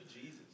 Jesus